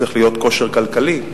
צריך להיות כושר כלכלי.